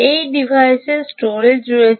এই ডিভাইসে স্টোরেজ রয়েছে